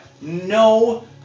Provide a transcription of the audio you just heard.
no